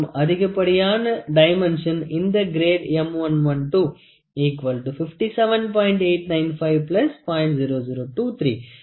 மற்றும் அதிகப்படியான டைமென்ஷன் இந்த கிரேட் M 112 57